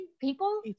people